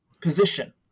position